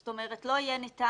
זאת אומרת, לא יהיה ניתן